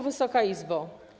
Wysoka Izbo!